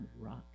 rock